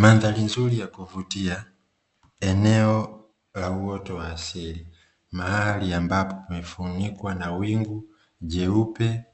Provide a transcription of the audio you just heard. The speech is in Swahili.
Mandhari nzuri ya kuvutia, eneo la uoto wa asili, mahali ambapo umefunikwa na wingu jeupe